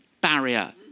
barrier